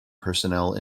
personnel